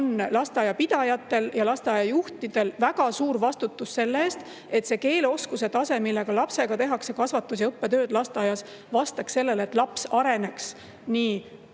Lasteaiapidajatel ja lasteaiajuhtidel on väga suur vastutus selle eest, et see keeleoskuse tase, millega lapsega tehakse lasteaias kasvatus- ja õppetööd, vastaks sellele, et laps areneks nii